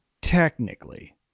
technically